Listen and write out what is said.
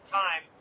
time